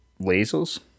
lasers